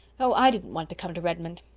no, i didn't want to come to redmond.